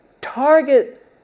target